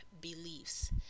beliefs